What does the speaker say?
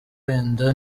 wenda